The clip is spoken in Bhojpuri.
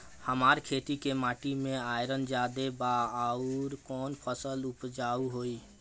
हमरा खेत के माटी मे आयरन जादे बा आउर कौन फसल उपजाऊ होइ?